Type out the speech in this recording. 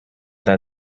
that